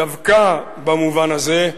דווקא במובן הזה,